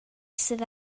sydd